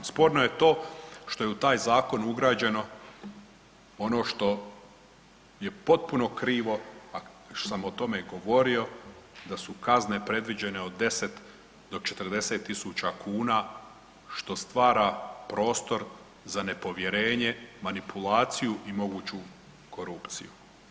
Sporno je to što je u taj zakon ugrađeno ono što je potpuno krivo, a što sam o tome i govorio da su kazne predviđene od 10 do 40 tisuća kuna što stvara prostor za nepovjerenje, manipulaciju i moguću korupciju.